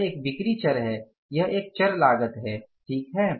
यह एक बिक्री चर है यह एक चर लागत है ठीक है